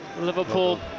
Liverpool